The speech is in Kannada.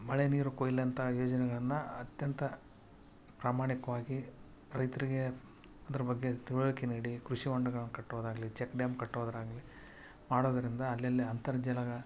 ಮಳೆ ನೀರು ಕೊಯ್ಲಂತ ಯೋಜನೆಗಳನ್ನು ಅತ್ಯಂತ ಪ್ರಾಮಾಣಿಕವಾಗಿ ರೈತರಿಗೆ ಅದರ ಬಗ್ಗೆ ತಿಳುವಳಿಕೆ ನೀಡಿ ಕೃಷಿ ಹೊಂಡಗಳನ್ ಕಟ್ಟೋದಾಗಲಿ ಚಕ್ ಡ್ಯಾಮ್ ಕಟ್ಟೋದಾಗ್ಲಿ ಮಾಡೋದರಿಂದ ಅಲ್ಲಲ್ಲೆ ಅಂತರ್ಜಲಗಳ